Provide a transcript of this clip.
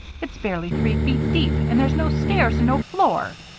it's barely three feet deep, and there's no stairs and no floor.